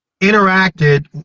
interacted